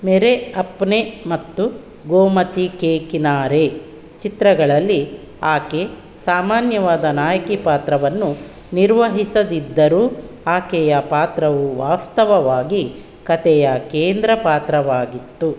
ಮೇರೇ ಅಪ್ನೇ ಮತ್ತು ಗೋಮತಿ ಕೇ ಕಿನಾರೇ ಚಿತ್ರಗಳಲ್ಲಿ ಆಕೆ ಸಾಮಾನ್ಯವಾದ ನಾಯಕಿ ಪಾತ್ರವನ್ನು ನಿರ್ವಹಿಸದಿದ್ದರೂ ಆಕೆಯ ಪಾತ್ರವು ವಾಸ್ತವವಾಗಿ ಕತೆಯ ಕೇಂದ್ರ ಪಾತ್ರವಾಗಿತ್ತು